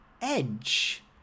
edge